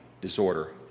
disorder